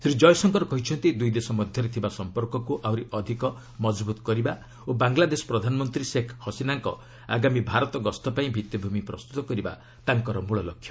ଶ୍ରୀ ଜୟଶଙ୍କର କହିଛନ୍ତି ଦୁଇ ଦେଶ ମଧ୍ୟରେ ଥିବା ସମ୍ପର୍କକୁ ଆହୁରି ଅଧିକ ମଜବୁତ କରିବା ଓ ବାଙ୍ଗଲାଦେଶ ପ୍ରଧାନମନ୍ତ୍ରୀ ଶେଖ୍ ହସିନାଙ୍କ ଆଗାମୀ ଭାରତ ଗସ୍ତ ପାଇଁ ଭିଭିମି ପ୍ରସ୍ତୁତ କରିବା ତାଙ୍କ ଗସ୍ତର ମୂଳ ଲକ୍ଷ୍ୟ